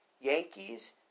Yankees